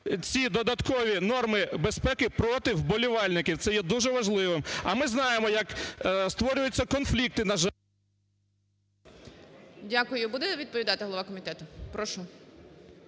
ці додаткові норми безпеки проти вболівальників, це є дуже важливим. А ми знаємо, як створюються конфлікти… ГОЛОВУЮЧИЙ. Дякую. Будете відповідати, голова комітету? Прошу.